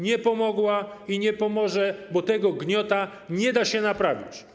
Nie pomogła i nie pomoże, bo tego gniota nie da się naprawić.